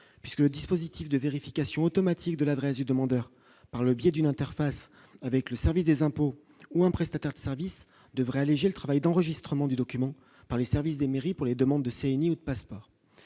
puisque le dispositif de vérification automatique de l'adresse du demandeur, par le biais d'une interface avec le service des impôts ou un prestataire de services devrait alléger le travail d'enregistrement du document par les services des mairies pour les demandes de CNI ou passeport